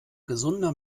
gesunder